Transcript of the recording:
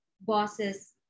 bosses